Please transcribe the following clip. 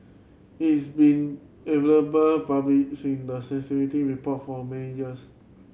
is been available public seen the report for many years